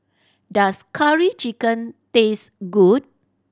does Curry Chicken taste good